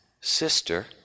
sister